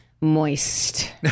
Moist